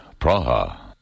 Praha